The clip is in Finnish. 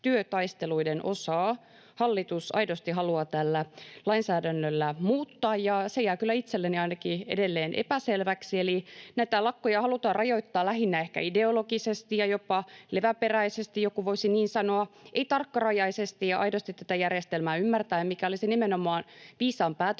työtaisteluiden osaa hallitus aidosti haluaa tällä lainsäädännöllä muuttaa. Se jää kyllä ainakin itselleni edelleen epäselväksi. Eli näitä lakkoja halutaan rajoittaa lähinnä ehkä ideologisesti ja jopa leväperäisesti — joku voisi niin sanoa — ei tarkkarajaisesti ja aidosti tätä järjestelmää ymmärtäen, mikä olisi nimenomaan viisaan päätöksenteon